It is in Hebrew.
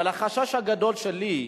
אבל החשש הגדול שלי,